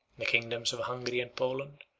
the kingdoms of hungary and poland,